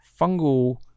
fungal